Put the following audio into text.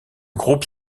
groupe